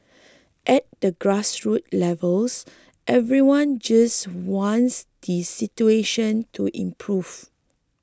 at the grassroots levels everyone just wants the situation to improve